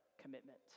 commitment